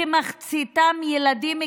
כמחציתם ילדים קטנים,